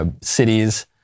cities